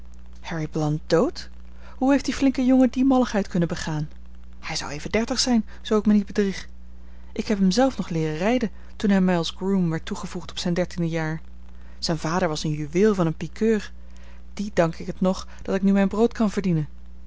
harry blount dood hoe heeft die flinke jongen die malligheid kunnen begaan hij zou even dertig zijn zoo ik me niet bedrieg ik heb hem zelf nog leeren rijden toen hij mij als groom werd toegevoegd op zijn dertiende jaar zijn vader was een juweel van een piqueur dien dank ik het nog dat ik nu mijn brood kan verdienen